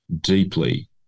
deeply